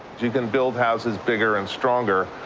you can build houses bigger and stronger,